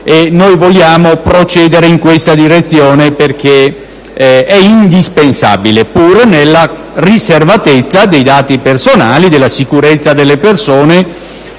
vogliamo procedere in questa direzione, perché è indispensabile, pur nel rispetto della riservatezza dei dati personali, della sicurezza delle persone